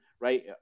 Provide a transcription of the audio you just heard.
right